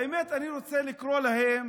האמת, אני רוצה לקרוא להם